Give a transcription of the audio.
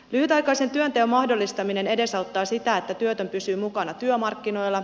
lyhytaikaisen työnteon mahdollistaminen edesauttaa sitä että työtön pysyy mukana työmarkkinoilla